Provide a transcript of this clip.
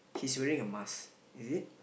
he's wearing a mask is it